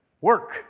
work